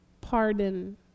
Pardon